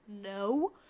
No